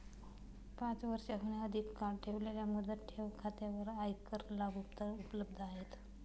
पाच वर्षांहून अधिक काळ ठेवलेल्या मुदत ठेव खात्यांवर आयकर लाभ उपलब्ध आहेत